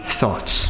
thoughts